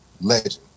legend